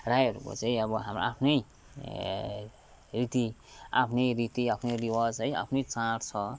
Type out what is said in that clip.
राईहरूको चाहिँ अब हाम्रो आफ्नै रीति आफ्नै रीति आफ्नै रिवाज है आफ्नै चाड छ